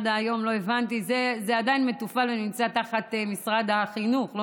עד היום לא הבנתי למה זה עדיין מתופעל ונמצא תחת משרד החינוך ולא